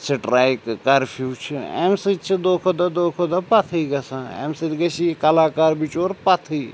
سٕٹرایکہٕ curfew چھِ امہِ سۭتۍ چھِ دۄہ کھۄتہٕ دۄہ دۄہ کھۄتہٕ دۄہ پَتھٕے گژھان امہِ سۭتۍ گژھہِ یہِ کَلاکار بچیور پَتھٕے